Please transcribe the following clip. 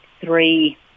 three